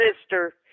sister